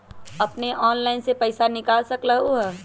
अपने ऑनलाइन से पईसा निकाल सकलहु ह?